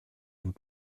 vous